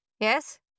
Yes